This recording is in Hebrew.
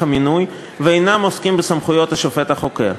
המינוי ואינם עוסקים בסמכויות השופט החוקר.